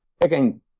again